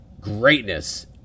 greatness